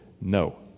no